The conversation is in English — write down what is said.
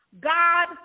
God